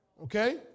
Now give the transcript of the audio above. Okay